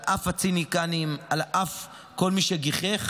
על אף הציניקנים, על אף כל מי שגיחך,